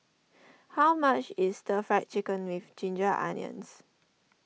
how much is the Fried Chicken with Ginger Onions